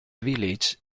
village